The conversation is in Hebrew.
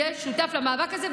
יהיה שותף למאבק הזה,